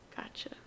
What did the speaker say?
Gotcha